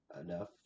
enough